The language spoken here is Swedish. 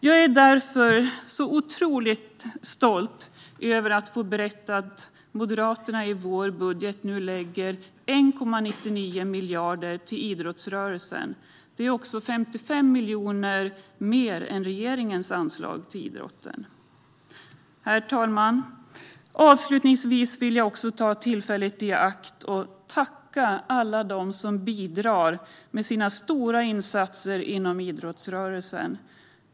Jag är därför också otroligt stolt över att få berätta att Moderaterna i sin budget nu lägger hela 1,99 miljarder till idrottsrörelsen. Det är också 55 miljoner mer än regeringens anslag till idrotten. Herr talman! Avslutningsvis vill jag också ta tillfället i akt och tacka alla dem som bidrar med sina stora insatser inom idrottsrörelsen.